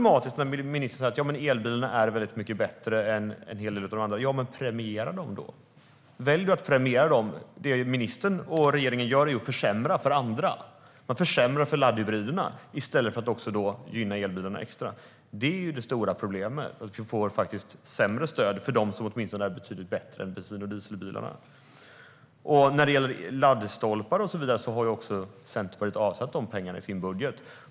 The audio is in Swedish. Ministern säger att elbilarna är mycket bättre än en hel del av de andra. Men välj att premiera dem då. Det som ministern och regeringen gör är att försämra för andra. Man försämrar för laddhybriderna i stället för att gynna elbilarna extra. Det är det stora problemet. Stödet blir sämre för de bilar som åtminstone är betydligt bättre än bensin och dieselbilarna. När det gäller laddstolpar och så vidare har Centerpartiet avsatt pengar för det i sin budget.